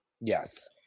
yes